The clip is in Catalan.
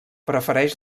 prefereix